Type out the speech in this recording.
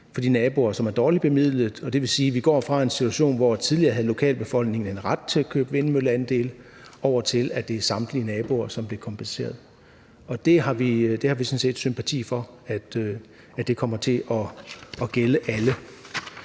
for de naboer, som er dårligt bemidlet. Det vil sige, at vi går fra en situation, hvor lokalbefolkningen tidligere havde en ret til at købe vindmølleandele, over til at det er samtlige naboer, som bliver kompenseret. Vi har sådan set sympati for, at det kommer til at gælde alle.